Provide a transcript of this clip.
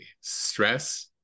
Stress